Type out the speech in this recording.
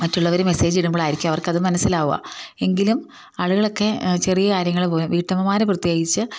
മറ്റുള്ളവർ മെസേജ് ഇടുമ്പോഴായിരിക്കും അവർക്ക് അത് മനസ്സിലാവുക എങ്കിലും ആളുകളൊക്കെ ചെറിയ കാര്യങ്ങൾ പോലും വീട്ടമ്മമാർ പ്രത്യേകിച്ചു